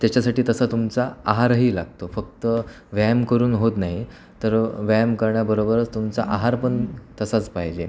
त्याच्यासाठी तसा तुमचा आहारही लागतो फक्त व्यायाम करून होत नाही तर व्यायाम करण्याबरोबरच तुमचा आहार पण तसाच पाहिजे